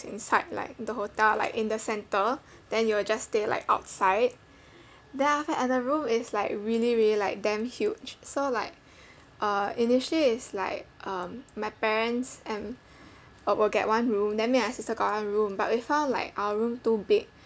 inside like the hotel like in the centre then you will just stay like outside then after that and the room is like really really like damn huge so like uh initially it's like um my parents and w~ will get one room then me and my sister got one room but we found like our room too big